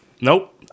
Nope